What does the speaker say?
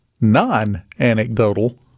non-anecdotal